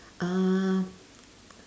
uh